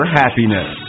happiness